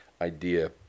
idea